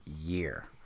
year